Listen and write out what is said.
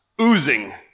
oozing